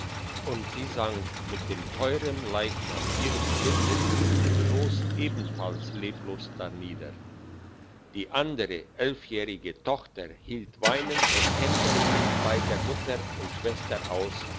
und sie sank mit dem teuern leichnam ihres kindes in dem schoss ebenfalls leblos darnieder die andere elfjährige tochter hielt weinend und händeringend bei der mutter und schwester aus